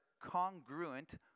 congruent